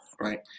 right